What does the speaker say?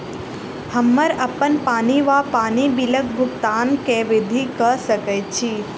हम्मर अप्पन पानि वा पानि बिलक भुगतान केँ विधि कऽ सकय छी?